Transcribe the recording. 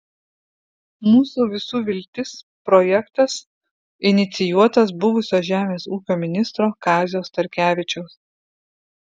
mūsų visų viltis projektas inicijuotas buvusio žemės ūkio ministro kazio starkevičiaus